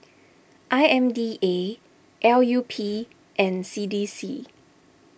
I M D A L U P and C D C